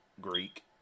Greek